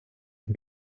und